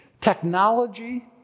Technology